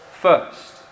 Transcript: first